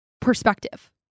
perspective